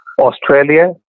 Australia